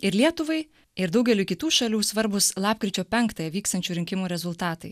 ir lietuvai ir daugeliui kitų šalių svarbūs lapkričio penktąją vyksiančių rinkimų rezultatai